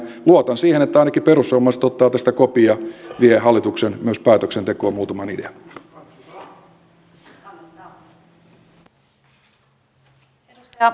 luotan siihen että ainakin perussuomalaiset ottaa tästä kopin ja vie hallitukseen myös päätöksentekoon muutaman idean